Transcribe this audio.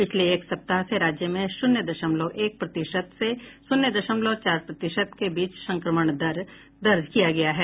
पिछले एक सप्ताह से राज्य में शून्य दशमलव एक प्रतिशत से शून्य दशमलव चार प्रतिशत के बीच संक्रमण दर दर्ज किया गया है